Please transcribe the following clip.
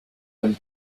when